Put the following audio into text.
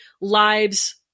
lives